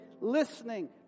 listening